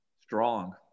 Strong